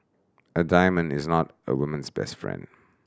a diamond is not a woman's best friend